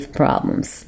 problems